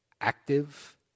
active